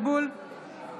לא